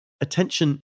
attention